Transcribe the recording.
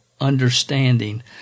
understanding